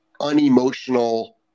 unemotional